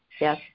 Yes